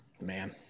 man